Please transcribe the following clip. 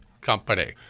company